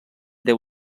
deu